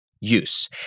use